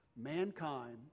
Mankind